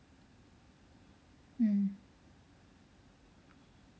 mm